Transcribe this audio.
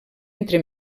entre